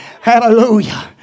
Hallelujah